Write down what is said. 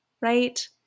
right